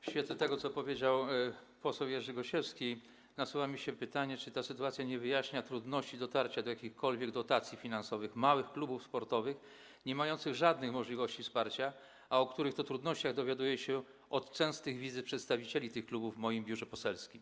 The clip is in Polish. W świetle tego, co powiedział poseł Jerzy Gosiewski, nasuwa mi się pytanie, czy ta sytuacja nie wyjaśnia trudności z dotarciem do jakichkolwiek dotacji finansowych, jakie mają małe kluby sportowe niemające żadnych możliwości wsparcia, o których to trudnościach dowiaduję się podczas częstych wizyt przedstawicieli tych klubów w moim biurze poselskim.